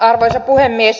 arvoisa puhemies